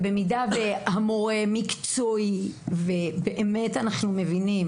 במידה והמורה אכן מקצועי ואנחנו מבינים